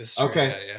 Okay